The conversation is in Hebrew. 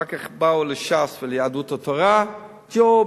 אחר כך באו לש"ס וליהדות התורה ג'ובים.